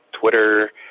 Twitter